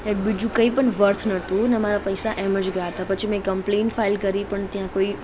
એ બીજું કંઇપણ વર્થ નહોતું અને મારા પૈસા એમ જ ગયા હતા પછી મેં કમ્પલેન ફાઇલ કરી પણ ત્યાં કોઇ